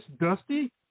Dusty